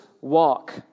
walk